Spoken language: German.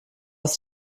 ist